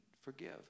forgive